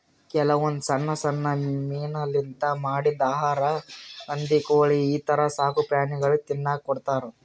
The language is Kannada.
ಕೆಲವೊಂದ್ ಸಣ್ಣ್ ಸಣ್ಣ್ ಮೀನಾಲಿಂತ್ ಮಾಡಿದ್ದ್ ಆಹಾರಾ ಹಂದಿ ಕೋಳಿ ಈಥರ ಸಾಕುಪ್ರಾಣಿಗಳಿಗ್ ತಿನ್ನಕ್ಕ್ ಕೊಡ್ತಾರಾ